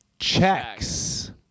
Checks